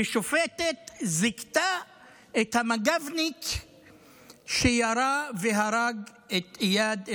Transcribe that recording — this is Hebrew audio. ששופטת זיכתה את המג"בניק שירה והרג את איאד אלחלאק,